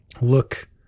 look